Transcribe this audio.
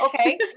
Okay